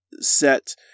set